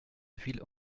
ville